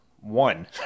one